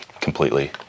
completely